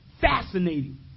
fascinating